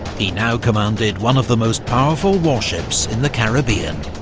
he now commanded one of the most powerful warships in the caribbean.